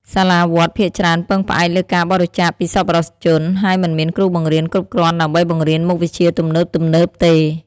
សាលាវត្តភាគច្រើនពឹងផ្អែកលើការបរិច្ចាគពីសប្បុរសជន ហើយមិនមានគ្រូបង្រៀនគ្រប់គ្រាន់ដើម្បីបង្រៀនមុខវិជ្ជាទំនើបៗទេ។